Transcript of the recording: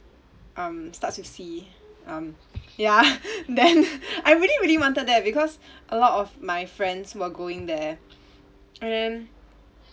um starts starts with C um ya then I really really wanted that because a lot of my friends were going there and